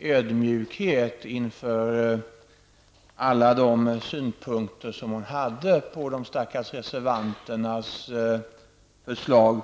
ödmjukhet inför alla de synpunkter hon hade på de stackars reservanternas förslag.